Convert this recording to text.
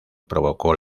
provocó